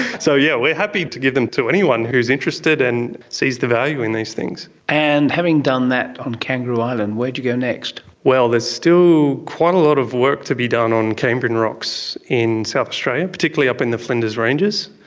so yeah, we're happy to give them to anyone who is interested and sees the value in these things. and having done that on kangaroo island, where do you go next? well, there's still quite a lot of work to be done on cambrian rocks in south australia, particularly up in the flinders ranges.